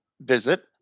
visit